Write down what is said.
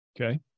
okay